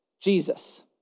Jesus